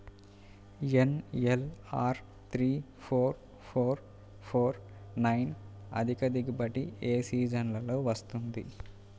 NLR three four four four nine అధిక దిగుబడి ఏ సీజన్లలో వస్తుంది?